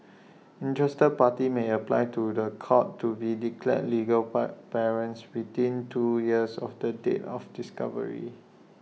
interested parties may apply to The Court to be declared legal part parents within two years of the date of discovery